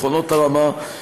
מכונות הרמה,